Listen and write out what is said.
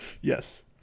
Yes